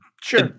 Sure